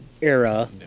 era